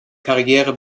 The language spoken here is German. karriere